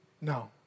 No